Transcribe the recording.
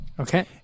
Okay